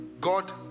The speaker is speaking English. God